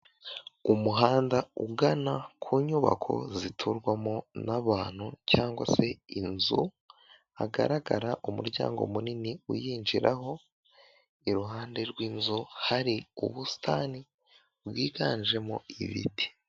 Umuhanda ugana ku nyubako ziturwamo n'abantu cyangwa se inzu, hagaragara umuryango munini uyinjiraho, iruhande rw'inzu hari ubusitani bwiganjemo ibiti.